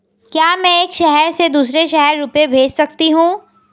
क्या मैं एक शहर से दूसरे शहर रुपये भेज सकती हूँ?